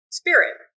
spirit